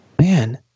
Man